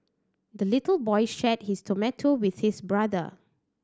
the little boy shared his tomato with his brother